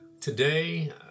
Today